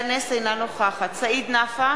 אינה נוכחת סעיד נפאע,